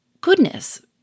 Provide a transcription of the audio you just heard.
Goodness